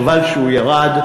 חבל שהוא ירד,